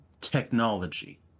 technology